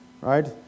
right